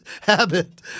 habit